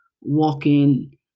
walking